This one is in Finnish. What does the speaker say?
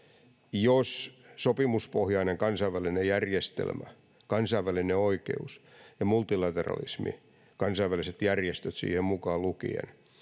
jos sopimuspohjainen kansainvälinen järjestelmä kansainvälinen oikeus ja multilateralismi kansainväliset järjestöt siihen mukaan lukien